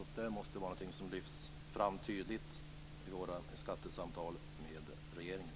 Det är något som måste lyftas fram tydligt i våra skattesamtal med regeringen.